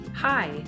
Hi